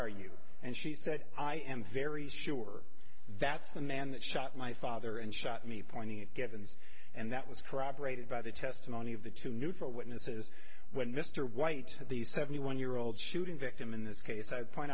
you and she said i am very sure that's the man that shot my father and shot me pointing at givens and that was corroborated by the testimony of the two neutral witnesses when mr white the seventy one year old shooting victim in this case i point